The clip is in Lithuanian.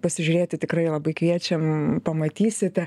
pasižiūrėti tikrai labai kviečiam pamatysite